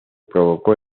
provocó